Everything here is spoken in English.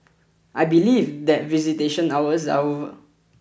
I believe that visitation hours are over